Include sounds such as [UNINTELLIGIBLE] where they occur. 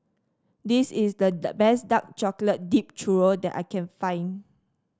this is the [UNINTELLIGIBLE] best Dark Chocolate Dipped Churro that I can find